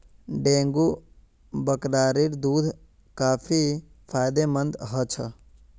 dengue बकरीर दूध काफी फायदेमंद ह छ